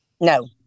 No